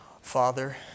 Father